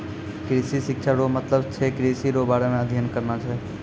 कृषि शिक्षा रो मतलब छै कृषि रो बारे मे अध्ययन करना छै